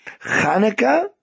Hanukkah